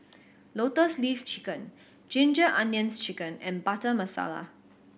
Lotus Leaf Chicken Ginger Onions Chicken and Butter Masala